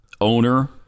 owner